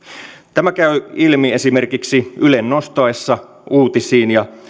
tämä käy ilmi esimerkiksi ylen nostaessa uutisiin ja